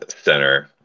center